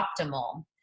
optimal